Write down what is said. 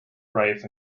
brave